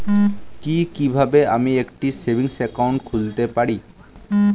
কি কিভাবে আমি একটি সেভিংস একাউন্ট খুলতে পারি?